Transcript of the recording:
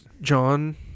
John